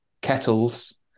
kettles